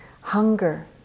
hunger